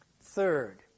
third